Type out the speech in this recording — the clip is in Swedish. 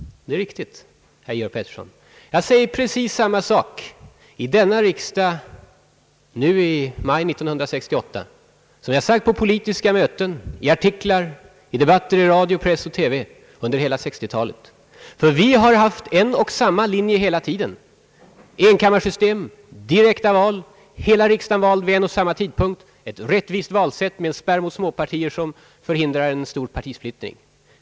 Det är riktigt, att jag säger detsamma i denna riksdagsdebatt i maj 1968 som jag sagt på politiska möten, i artiklar och debatter i radio, press och TV under hela 1960-talet. Vi har haft en och samma linje hela tiden: enkammarsystem, direkta val, hela riksdagen vald vid en och samma tidpunkt, elt rättvist valsätt med en spärr mot småpartier för att hindra en stor partisplittring.